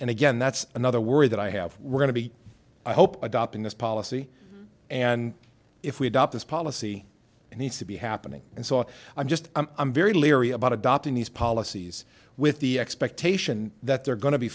and again that's another worry that i have we're going to be i hope adopting this policy and if we adopt this policy and needs to be happening and saw i'm just i'm very leery about adopting these policies with the expectation that they're go